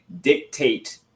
dictate